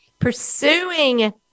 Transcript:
pursuing